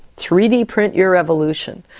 three d print your evolution.